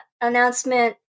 announcement